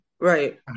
right